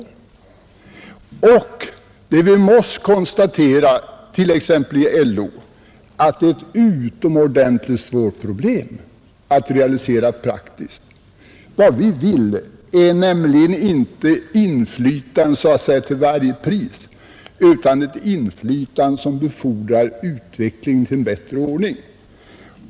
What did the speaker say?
Dessutom har vi måst konstatera, t.ex. i LO, att det är ett utomordentligt svårt problem att praktiskt realisera företagsdemokrati. Vad vi vill är nämligen inte inflytande så att säga till varje pris utan ett inflytande som befordrar utveckling till en bättre ordning.